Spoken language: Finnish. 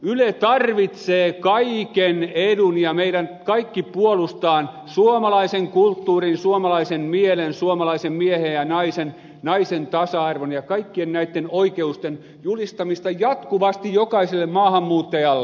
yle tarvitsee kaiken edun ja meidät kaikki puolustamaan suomalaisen kulttuurin suomalaisen mielen suomalaisen miehen ja naisen naisen tasa arvon ja kaikkien näitten oikeuksien julistamista jatkuvasti jokaiselle maahanmuuttajalle